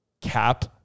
cap